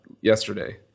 yesterday